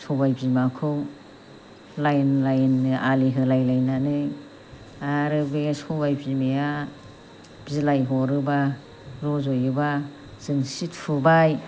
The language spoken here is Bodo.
सबाइ बिमाखौ लाइन लाइननो आलि होलाय लायनानै आरो बे सबाइ बिमाया बिलाइ हरोबा रज'योबा जोंसि थुबाय